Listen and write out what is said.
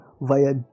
via